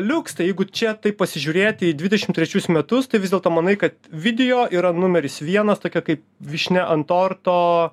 liuks tai jeigu čia taip pasižiūrėti į dvidešimt trečius metus tai vis dėlto manai kad video yra numeris vienas tokia kaip vyšnia ant torto